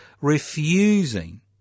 refusing